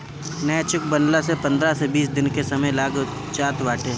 नया चेकबुक बनला में पंद्रह से बीस दिन के समय लाग जात बाटे